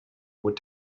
were